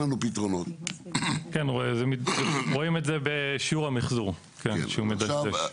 כן, רואים את זה בשיעור המחזור, שהוא מדשדש.